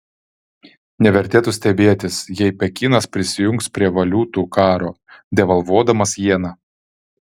nevertėtų stebėtis jei pekinas prisijungs prie valiutų karo devalvuodamas jeną